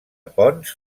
ponç